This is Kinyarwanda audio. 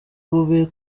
bube